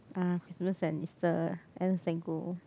uh Christmas and Easter